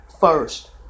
first